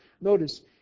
Notice